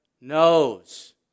knows